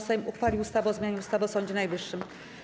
Sejm uchwalił ustawę o zmianie ustawy o Sądzie Najwyższym.